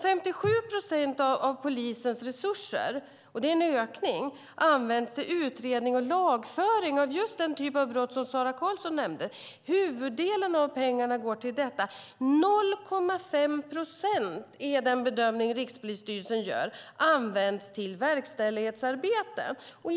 57 procent av polisens resurser - och det är en ökning - används till utredning och lagföring av just den typ av brott som Sara Karlsson nämnde. Huvuddelen av pengarna går till detta. 0,5 procent används till verkställighetsarbete enligt den bedömning som Rikspolisstyrelsen gör.